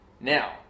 Now